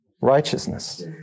righteousness